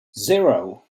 zero